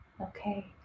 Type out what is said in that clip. okay